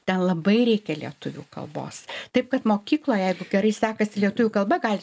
ten labai reikia lietuvių kalbos taip kad mokykloje jeigu gerai sekasi lietuvių kalba galit